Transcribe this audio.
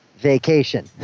vacation